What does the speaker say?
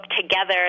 together